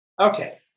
Okay